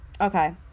Okay